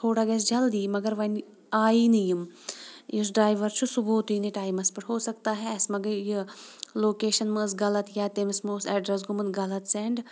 تھوڑا گژھِ جلدی مگر وۄنۍ آیی نہٕ یِم یُس ڈرٛایوَر چھُ سُہ ووتُے نہٕ ٹایمَس پٮ۪ٹھ ہوسَکتا ہے اَسہِ ما گٔیٚے یہِ لوکیشَن ما ٲسۍ غلط یا تٔمِس ما اوس ایڈرَس گوٚمُت غلط سینٛڈ